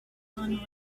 son